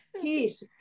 peace